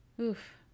oof